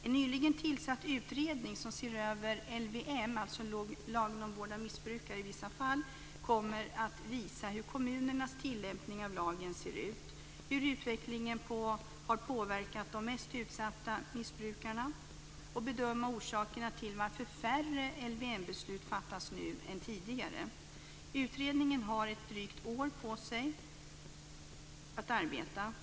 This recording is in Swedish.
En nyligen tillsatt utredning som ser över LVM, lagen om vård av missbrukare i vissa fall, kommer att visa hur kommunernas tillämpning av lagen ser ut, hur utvecklingen har påverkat de mest utsatta missbrukarna och bedöma orsakerna till att färre LVM beslut fattas nu än tidigare. Utredningen har ett drygt år på sig att arbeta.